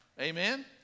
Amen